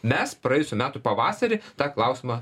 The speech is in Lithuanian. mes praėjusių metų pavasarį tą klausimą